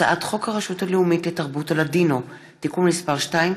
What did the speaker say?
העת חוק הרשות הלאומית לתרבות הלדינו (תיקון מס' 2),